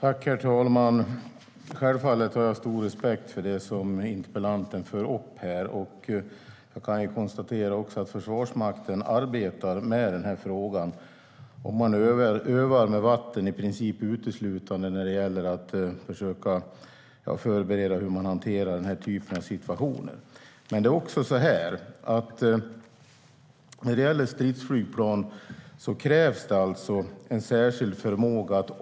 Herr talman! Självfallet har jag stor respekt för det som interpellanten tar upp här. Jag kan konstatera att Försvarsmakten arbetar med denna fråga. Man arbetar i princip uteslutande med vatten när man förbereder hur man ska hantera denna typ av situationer. Men när det gäller stridsflygplan krävs det en särskild förmåga.